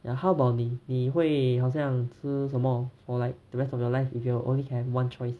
ya how about 你你会好像吃什么 for like the rest of your life if you only can have one choice